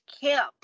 camp